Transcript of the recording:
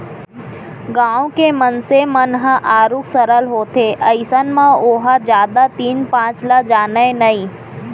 गाँव के मनसे मन ह आरुग सरल होथे अइसन म ओहा जादा तीन पाँच ल जानय नइ